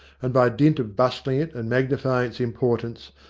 and by dint of bustling it and magnifying its importance,